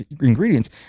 ingredients